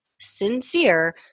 sincere